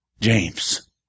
James